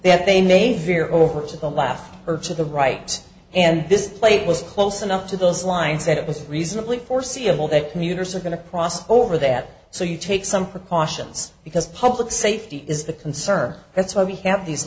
fear over to the left or to the right and this plate was close enough to those lines that it was reasonably foreseeable that commuters are going to cross over that so you take some precautions because public safety is the concern that's why we have these